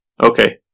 Okay